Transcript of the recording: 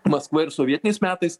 maskva ir sovietiniais metais